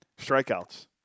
strikeouts